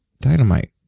Dynamite